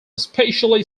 especially